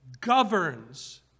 governs